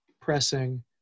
pressing